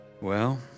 Well